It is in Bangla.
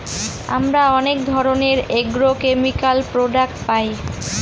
আমরা অনেক ধরনের এগ্রোকেমিকাল প্রডাক্ট পায়